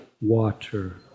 water